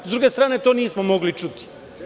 S druge strane to nismo mogli čuti.